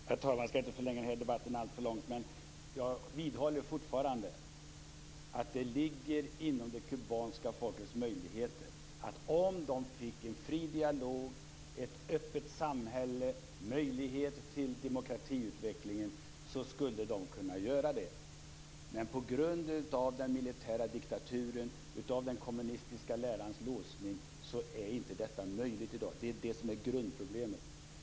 Herr talman! Jag skall inte förlänga den här debatten alltför mycket, men jag vidhåller fortfarande att det ligger inom det kubanska folkets möjligheter att skapa förändring om det fick en fri dialog, ett öppet samhälle och möjlighet till demokratiutveckling. På grund av den militära diktaturen och den kommunistiska lärans låsning är detta dock inte möjligt i dag, och det är det som är grundproblemet.